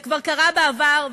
זה כבר קרה בעבר,